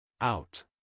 Out